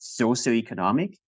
socioeconomic